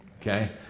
okay